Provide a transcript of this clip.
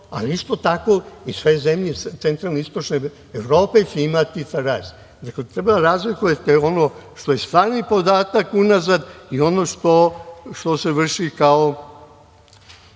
ali isto tako i sve zemlje centralne i istočne Evrope će imati rast. Dakle, treba da razlikujete ono što je stvarni podatak unazad i ono što se vrši kao